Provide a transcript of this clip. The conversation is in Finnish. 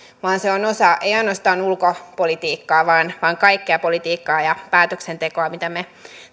vaan se on osa ei ainoastaan ulkopolitiikkaa vaan vaan kaikkea politiikkaa ja päätöksentekoa mitä me